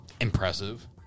impressive